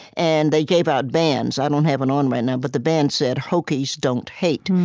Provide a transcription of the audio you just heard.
and they gave out bands. i don't have one on right now, but the band said hokies don't hate.